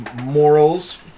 morals